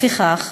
לפיכך,